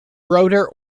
rotor